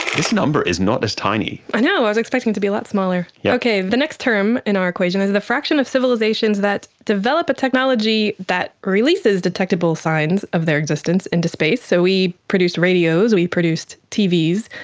this number is not as tiny. i know, i was expecting it to be a lot smaller. yeah okay, the next term in our equation is the fraction of civilisations that develop a technology that releases detectable signs of their existence into space. so we produced radios, we produced tvs,